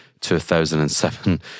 2007